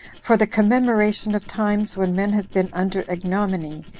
for the commemoration of times when men have been under ignominy,